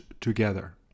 together